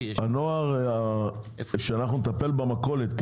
אנחנו נטפל במכולת,